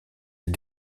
les